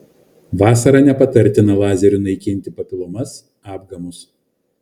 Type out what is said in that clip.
vasarą nepatartina lazeriu naikinti papilomas apgamus